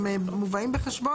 הם מובאים בחשבון?